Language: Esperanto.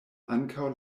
ankaŭ